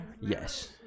Yes